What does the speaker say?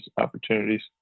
opportunities